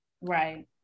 Right